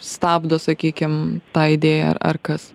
stabdo sakykim tą idėją ar ar kas